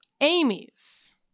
Amy's